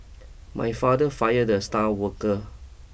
my father fired the star worker